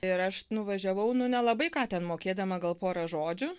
ir aš nuvažiavau nu nelabai ką ten mokėdama gal porą žodžių